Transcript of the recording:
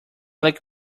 like